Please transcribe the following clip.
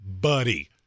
buddy